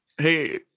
hey